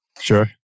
Sure